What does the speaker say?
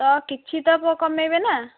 ତ କିଛି ତ କମାଇବେ ନା